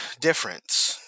difference